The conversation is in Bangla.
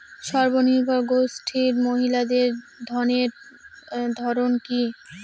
স্বনির্ভর গোষ্ঠীর মহিলাদের ঋণের ধরন কি?